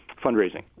fundraising